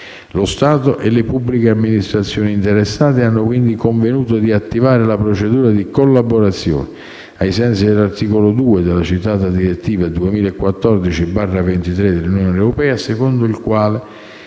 Lo Stato e le amministrazioni pubbliche interessate hanno, quindi, convenuto di attivare la procedura di collaborazione ai sensi dell'articolo 2 della citata direttiva 2014/23/UE, secondo il quale